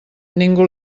ningú